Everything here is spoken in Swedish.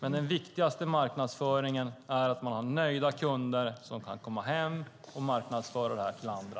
Men den viktigaste marknadsföringen är att man har nöjda kunder som kan komma hem och marknadsföra det här till andra.